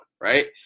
right